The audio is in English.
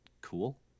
cool